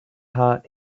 heart